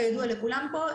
כידוע לכולם פה,